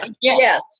yes